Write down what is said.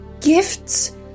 Gifts